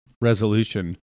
resolution